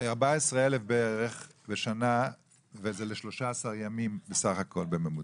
14,000 בשנה זה ל-13 ימים בממוצע.